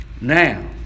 Now